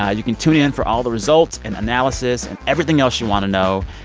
ah you can tune in for all the results and analysis and everything else you want to know.